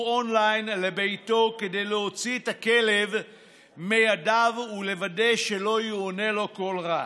אונליין לביתו כדי להוציא את הכלב מידיו ולוודא שלא יאונה לו כל רע.